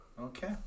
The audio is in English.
okay